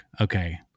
okay